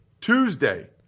Tuesday